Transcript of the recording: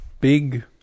Big